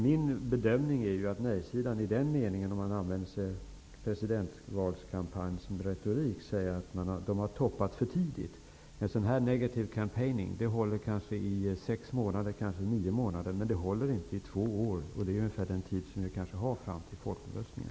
Min bedömning är att man, om man använder sig av presidentvalskampanjsretorik, kan säga att nejsidan har toppat för tidigt. En sådan ''negative campaigning'' håller kanske i sex eller nio månader, men den håller inte i två år. Det är ju ungefär den tid vi har fram till folkomröstningen.